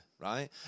Right